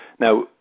now